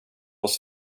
oss